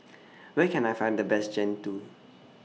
Where Can I Find The Best Jian Dui